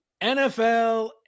NFL